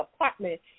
apartment